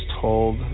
told